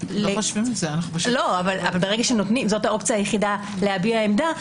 זו האופציה היחידה להביע עמדה.